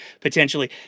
potentially